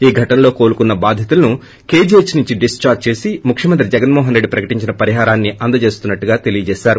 ఈ ఘటనలో కోలుకున్న బాధితులని కేజీహెచ్ నుంచి డిక్చార్ట్ చేసి ముఖ్యమంత్రి జగన్మోహన్రెడ్డి ప్రకటించిన పరిహాన్ని అందచేస్తున్నాట్లుగా తెలియజేశారు